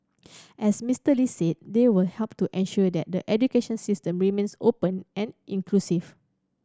as Mister Lee said they will help to ensure that the education system remains open and inclusive